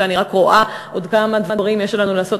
אני רק רואה עוד כמה דברים יש עלינו לעשות,